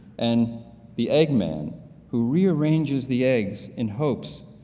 and the egg man who rearranges the eggs in hopes,